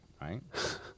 right